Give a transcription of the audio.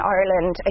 Ireland